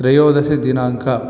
त्रयोदशदिनाङ्कः